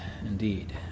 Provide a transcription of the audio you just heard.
indeed